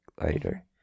later